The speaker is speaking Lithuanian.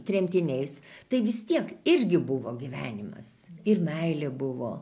tremtiniais tai vis tiek irgi buvo gyvenimas ir meilė buvo